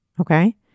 okay